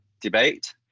debate